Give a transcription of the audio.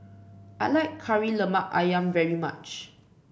I like Kari Lemak ayam very much